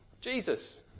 Jesus